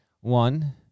one—